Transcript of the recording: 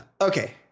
Okay